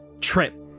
trip